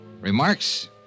Remarks